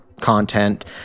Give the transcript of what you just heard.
content